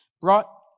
brought